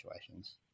situations